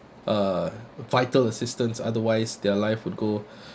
uh vital assistance otherwise their life would go